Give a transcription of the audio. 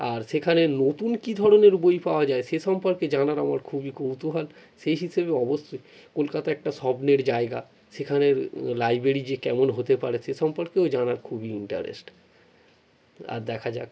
আর সেখানে নতুন কী ধরনের বই পাওয়া যায় সে সম্পর্কে জানার আমার খুবই কৌতূহল সেই হিসেবে অবশ্যই কলকাতা একটা স্বপ্নের জায়গা সেখানের লাইব্রেরি যে কেমন হতে পারে সে সম্পর্কেও জানার খুবই ইন্টারেস্ট আর দেখা যাক